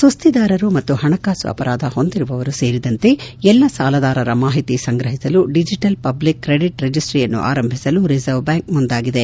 ಸುಸ್ತಿದಾರರು ಮತ್ತು ಹಣಕಾಸು ಅಪರಾಧ ಹೊಂದಿರುವವರು ಸೇರಿದಂತೆ ಎಲ್ಲಾ ಸಾಲದಾರರ ಮಾಹಿತಿ ಸಂಗ್ರಹಿಸಲು ಡಿಜೆಟಲ್ ಪಬ್ಲಿಕ್ ಕ್ರೆಡಿಟ್ ರಿಜೆಸ್ಟಿಯನ್ನು ಆರಂಭಿಸಲು ರಿಸರ್ವ್ ಬ್ಯಾಂಕ್ ಮುಂದಾಗಿದೆ